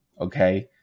Okay